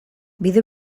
bide